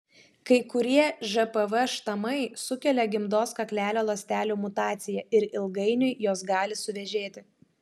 kai kurie žpv štamai sukelia gimdos kaklelio ląstelių mutacijas ir ilgainiui jos gali suvėžėti